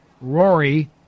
Rory